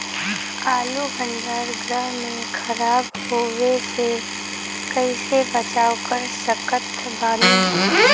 आलू भंडार गृह में खराब होवे से कइसे बचाव कर सकत बानी?